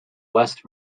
west